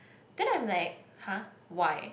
then I'm like !huh! why